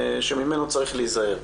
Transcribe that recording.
ממנו צריך להיזהר.